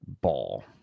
ball